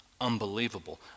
unbelievable